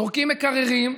זורקים מקררים,